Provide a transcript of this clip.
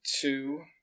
two